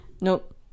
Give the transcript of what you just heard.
nope